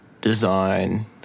design